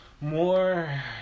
more